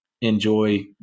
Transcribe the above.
enjoy